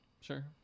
Sure